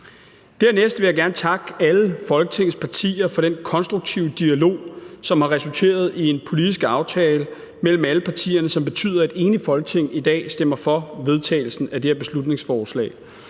Dernæst vil jeg gerne takke alle Folketingets partier for den konstruktive dialog, som har resulteret i en politisk aftale mellem alle partierne, som betyder, at et enigt Folketinget i dag stemmer for vedtagelsen af det her beslutningsforslag.